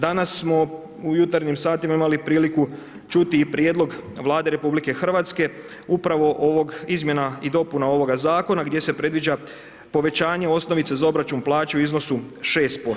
Danas smo u jutarnji satima imali priliku čuti i prijedlog Vlade RH upravo ovog, izmjena i dopuna ovoga zakona gdje se predviđa povećanje osnovice za obračun plaća u iznosu 6%